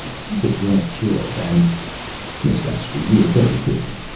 keep it well chilled, and miss ashby, we are very busy,